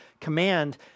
command